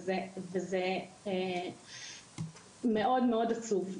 זה מאוד עצוב.